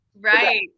Right